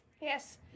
Yes